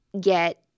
get